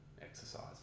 exercise